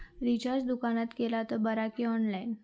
Recharge दुकानात केला तर बरा की ऑनलाइन?